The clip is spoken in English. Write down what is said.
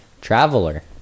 Traveler